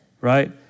Right